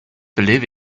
believe